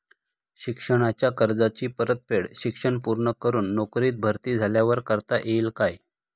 शिक्षणाच्या कर्जाची परतफेड शिक्षण पूर्ण करून नोकरीत भरती झाल्यावर करता येईल काय?